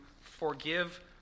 forgive